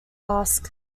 ask